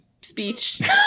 Speech